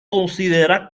considera